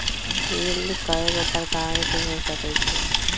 yield कयगो प्रकार के हो सकइ छइ